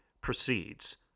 proceeds